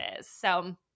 So-